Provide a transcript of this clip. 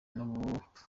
n’ubuvuzi